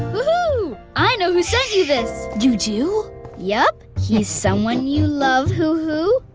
hoo-hoo, i know who sent you this! you do? yup, he's someone you love, hoo-hoo,